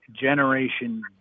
generation